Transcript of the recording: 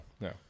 No